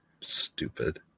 stupid